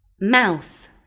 Mouth